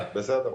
בסדר.